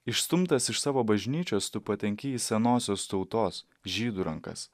išstumtas iš savo bažnyčios tu patenki į senosios tautos žydų rankas